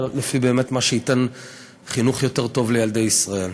אלא לפי מה שבאמת ייתן חינוך יותר טוב לילדי ישראל.